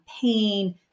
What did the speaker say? pain